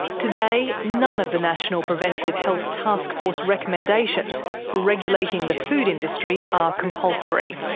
today none of the national preventative health taskforce's recommendations for regulating the food industry are compulsory.